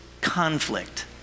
conflict